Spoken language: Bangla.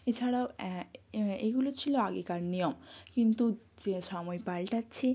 এছাড়াও অ্যাঁ এগুলো ছিল আগেকার নিয়ম কিন্তু সময় পালটাচ্ছে